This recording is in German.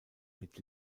mit